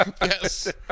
Yes